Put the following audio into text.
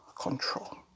control